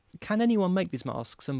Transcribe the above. can anyone make these masks? and